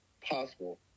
possible